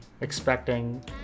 expecting